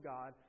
God